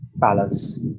palace